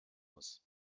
muss